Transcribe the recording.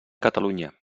catalunya